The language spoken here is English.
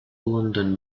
london